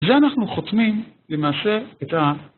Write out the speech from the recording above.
ואנחנו חותמים למעשה את ה...